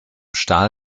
stahl